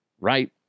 right